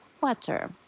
water